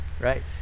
Right